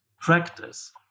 practice